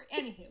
anywho